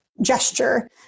gesture